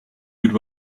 would